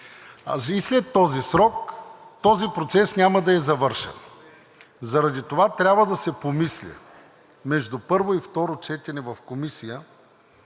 и след този срок този процес няма да е завършен. Заради това трябва да се помисли между първо и второ четене в Комисията